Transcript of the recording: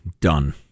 Done